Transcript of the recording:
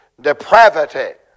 depravity